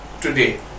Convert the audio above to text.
today